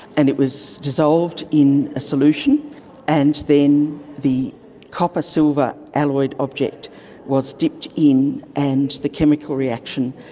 and it was dissolved in a solution and then the copper-silver alloyed object was dipped in and the chemical reaction,